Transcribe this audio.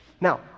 Now